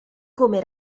come